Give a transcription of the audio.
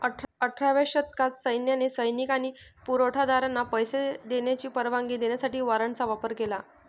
अठराव्या शतकात सैन्याने सैनिक आणि पुरवठा दारांना पैसे देण्याची परवानगी देण्यासाठी वॉरंटचा वापर केला